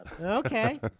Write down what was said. Okay